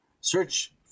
Search